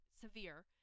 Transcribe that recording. severe